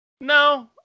no